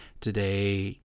today